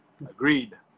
Agreed